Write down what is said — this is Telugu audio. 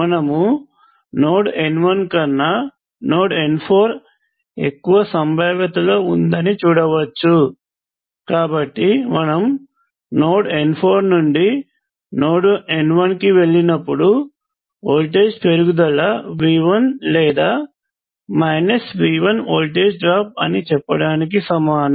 మనము నోడ్ n1 కన్నా నోడ్ n4 ఎక్కువ సంభావ్యతలో ఉందని చూడవచ్చు కాబట్టి మనము నోడ్ n4 నుండి నోడ్ n1 కి వెళ్ళినప్పుడు వోల్టేజ్ పెరుగుదల V1 లేదా V1 వోల్టేజ్ డ్రాప్ అని చెప్పడానికి సమానం